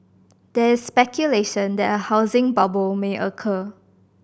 there is speculation that a housing bubble may occur